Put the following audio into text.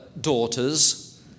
daughters